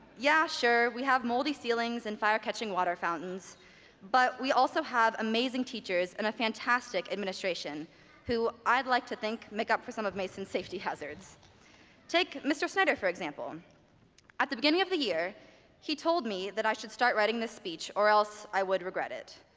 yeah sure. we have moldy ceilings and fire catching water fountains but we also have amazing teachers and a fantastic administration who i'd like to think make up for some of mason's safety hazards take mr. snyder, for example at the beginning of the year he told me that i should start writing this speech or else i would regret it.